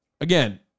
again